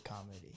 comedy